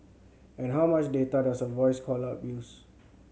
and how much data does a voice call up use